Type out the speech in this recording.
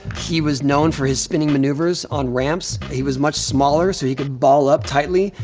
he was known for his spinning maneuvers on ramps. he was much smaller, so he could ball up tightly,